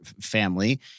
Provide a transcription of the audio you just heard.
family